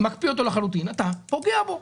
מקפיא אותו לחלוטין, אתה פוגע בו.